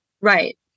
Right